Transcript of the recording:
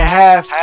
half